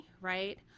right